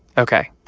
ok.